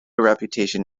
reputation